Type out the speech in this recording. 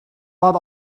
lot